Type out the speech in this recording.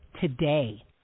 today